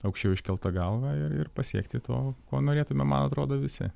aukščiau iškelta galva ir ir pasiekti to ko norėtumėm man atrodo visi